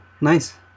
Nice